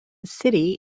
city